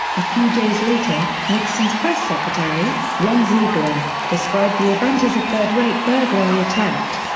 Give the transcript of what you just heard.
a few days later, nixon's press secretary, ron ziegler, described the event as a third rate burglary attempt.